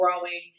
growing